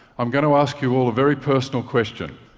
i'm going to ask you all a very personal question.